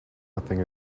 nothing